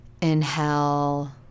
inhale